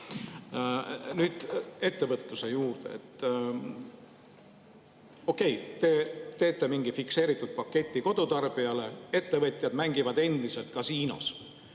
ettevõtluse juurde. Okei, te teete mingi fikseeritud paketi kodutarbijale, ettevõtjad mängivad aga endiselt kasiinos.